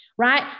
Right